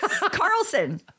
Carlson